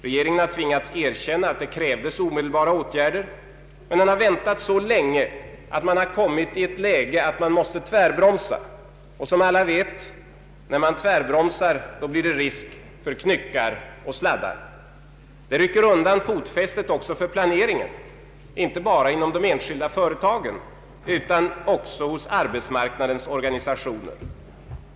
Regeringen har tvingats erkänna att det krävdes omedelbara åtgärder, men man har väntat så länge att man kommit i ett läge där man måste tvärbromsa, och som alla vet — när man tvärbromsar är det risk för knyckar och sladdar. Det rycker också undan fotfästet för planeringen, inte bara inom de enskilda företagen utan också hos arbetsmarknadens organisationer.